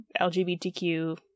LGBTQ